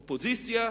אופוזיציה,